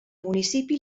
municipi